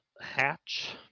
hatch